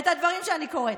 את הדברים שאני קוראת.